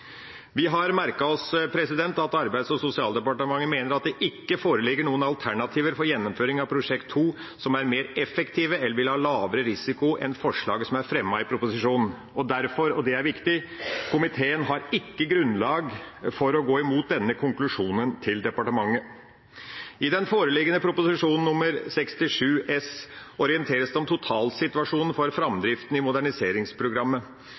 Vi har merket oss at Arbeids- og sosialdepartementet mener at det ikke foreligger noen alternativer for gjennomføring av Prosjekt 2 som er mer effektive eller vil ha lavere risiko enn forslaget som er fremmet i proposisjonen. Derfor – og det er viktig – har komiteen ikke grunnlag for å gå imot konklusjonen til departementet. I den foreliggende proposisjon, Prop. 67 S for 2015–2016, orienteres det om totalsituasjonen for framdriften i Moderniseringsprogrammet.